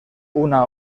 una